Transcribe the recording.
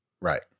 Right